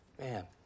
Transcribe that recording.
man